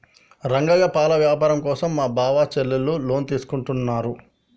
రంగయ్య పాల వ్యాపారం కోసం మా బావ చెల్లెలు లోన్ తీసుకుంటున్నారు